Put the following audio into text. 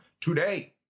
today